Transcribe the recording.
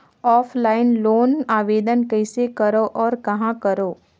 Offline loan आवेदन कइसे करो और कहाँ करो?